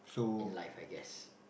in life I guess